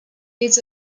needs